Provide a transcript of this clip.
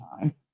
time